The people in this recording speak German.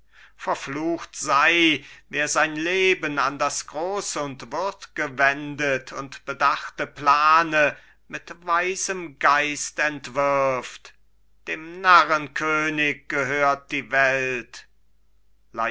verflucht sei wer sein leben an das große und würdge wendet und bedachte plane mit weisem geist entwirft dem narrenkönig gehört die welt